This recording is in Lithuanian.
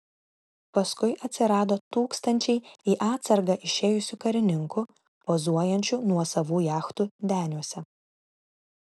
paskui atsirado tūkstančiai į atsargą išėjusių karininkų pozuojančių nuosavų jachtų deniuose